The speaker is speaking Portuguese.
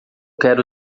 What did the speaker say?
quero